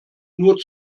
nur